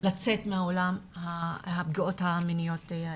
לצאת מעולם הפגיעות המיניות האלה.